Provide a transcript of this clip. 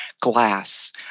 glass